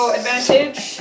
advantage